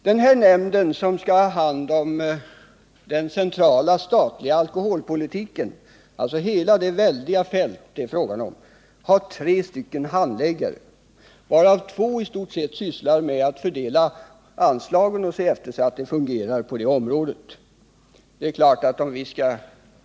Den här nämnden som skall ha hand om den centrala statliga alkoholpolitiken, alltså hela det väldiga fält det är fråga om, har tre handläggare, varav två i stort sett sysslar med att fördela anslagen och se efter att det fungerar på det här området.